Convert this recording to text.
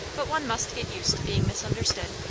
but one must get used to being misunderstood.